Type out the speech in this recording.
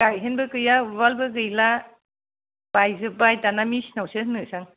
गायहेनबो गैया उवालबो गैला बायजोब्बाय दाना मेसिनावसो होनोसै आं